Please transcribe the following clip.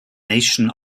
nation